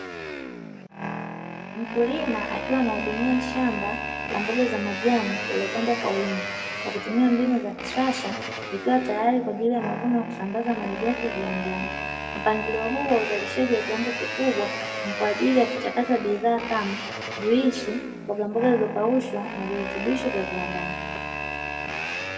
Mkulima akiwa anahudumia shamba la mboga za majani lililopandwa kwa wingi kwa kutumia mbinu za kisasa likiwa tayari kwa ajili ya mavuno ya kusambaza malighafi viwandani. Mpangilio huu wa uzalishaji wa kiwango kikubwa ni kwa ajili ya kuchakata bidhaa kama juisi, mboga zilizokaushwa, na virutubisho vya viwandani.